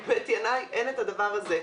בבית ינאי אין את הדבר הזה,